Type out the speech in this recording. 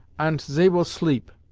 ant zey will sleep.